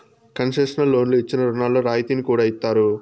concessional లోన్లు ఇచ్చిన రుణాల్లో రాయితీని కూడా ఇత్తారు